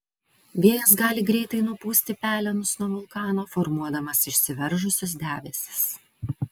vėjas gali greitai nupūsti pelenus nuo vulkano formuodamas išsiveržusius debesis